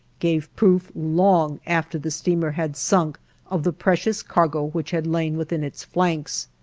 gave proof long after the steamer had sunk of the precious cargo which had lain within its flanks.